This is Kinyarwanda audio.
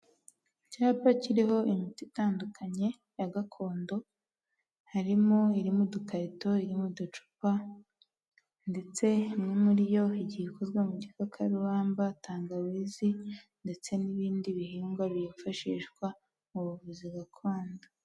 Icyapa kiriho imiti itandukanye ya gakondo. Harimo iri mu dukarito, iri mu ducupa ndetse imwe muri yo igiye ikozwe mu gikakarubamba, tangawizi ndetse n'ibindi bihingwa byifashishwa mu buvuzi gakondo.